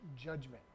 judgment